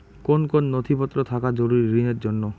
কোন কোন নথিপত্র থাকা জরুরি ঋণের জন্য?